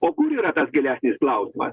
o kur yra tas gilesnis klausimas